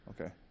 okay